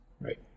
right